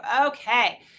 okay